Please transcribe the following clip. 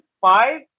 five